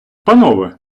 панове